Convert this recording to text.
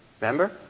Remember